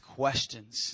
questions